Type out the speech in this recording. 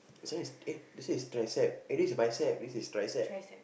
serious eh this is tricep eh this is bicep this is tricep